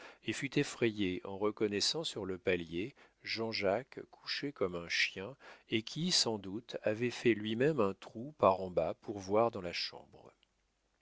et fut effrayée en reconnaissant sur le palier jean-jacques couché comme un chien et qui sans doute avait fait lui-même un trou par en bas pour voir dans la chambre